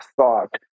thought